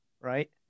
right